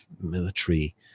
military